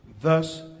thus